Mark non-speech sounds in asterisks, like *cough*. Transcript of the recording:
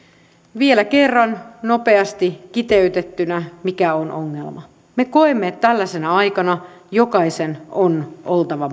vielä kerran nopeasti kiteytettynä mikä on ongelma me koemme että tällaisena aikana kaikkien on oltava *unintelligible*